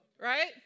Right